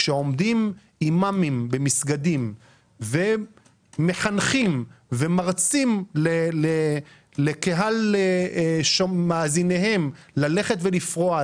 כשעומדים אימאמים במסגדים ומחנכים ומרצים לקהל מאזיניהם ללכת ולפרוע,